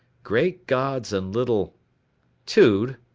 great gods and little tude?